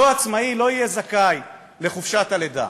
אותו עצמאי לא יהיה זכאי לחופשת לידה.